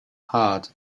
heart